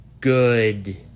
good